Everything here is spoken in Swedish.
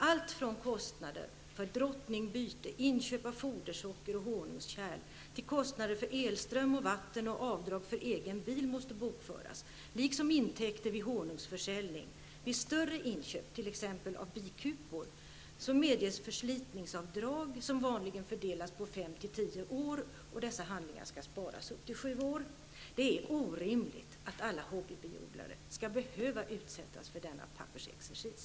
Allt från kostnader för drottningbyte, inköp av fodersocker och honungskärl, till kostnader för elström, vatten och egen bil måste bokföras liksom intäkter vid honungsförsäljning. Vid större inköp, t.ex. av bikupor, medges förslitningsavdrag som vanligen fördelas på fem--tio år. Dessa handlingar skall sparas under upp till sju år. Det är orimligt att alla hobbybiodlare skall behöva utsättas för denna pappersexercis.